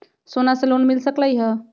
सोना से लोन मिल सकलई ह?